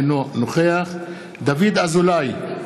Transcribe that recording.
אינו נוכח דוד אזולאי,